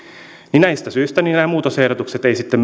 niin näistä syistä nämä muutosehdotukset eivät sitten